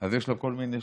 יש לו כל מיני שיטות.